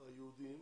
היהודים